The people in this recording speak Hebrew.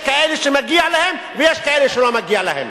יש כאלה שמגיע להם ויש כאלה שלא מגיע להם.